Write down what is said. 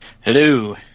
Hello